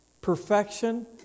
Perfection